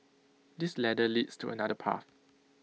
this ladder leads to another path